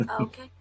okay